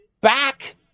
back